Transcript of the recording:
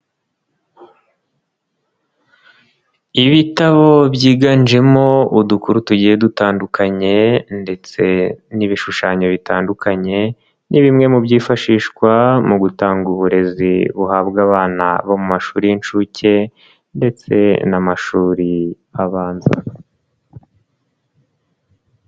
Ibitabo byiganjemo udukuru tugiye dutandukanye ndetse n'ibishushanyo bitandukanye, ni bimwe mu byifashishwa mu gutanga uburezi buhabwa abana bo mu mashuri y'inshuke ndetse n'amashuri abanza.